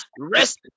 rest